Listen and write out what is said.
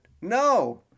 No